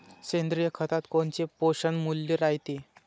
सेंद्रिय खतात कोनचे पोषनमूल्य रायते?